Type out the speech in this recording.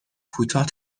کوتاه